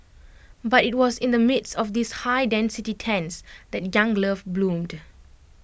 but IT was in the midst of these high density tents that young love bloomed